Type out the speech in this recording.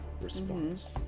response